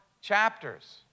chapters